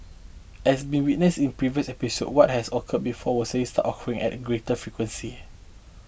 as been witnessed in previous episodes what has occurred before will occurring at a greater frequency